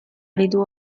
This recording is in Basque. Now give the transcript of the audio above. aritu